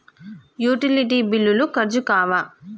Utility బిల్లులు ఖర్చు కావా?